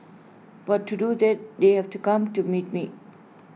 but to do that they have to come to meet me